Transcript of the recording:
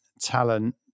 talent